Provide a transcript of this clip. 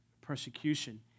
persecution